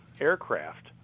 aircraft